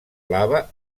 lava